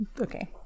Okay